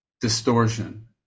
distortion